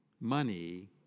money